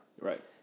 Right